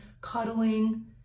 cuddling